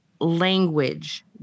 language